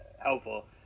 helpful